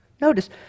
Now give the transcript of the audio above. Notice